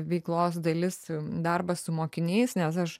veiklos dalis darbas su mokiniais nes aš